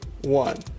One